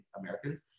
Americans